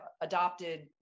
adopted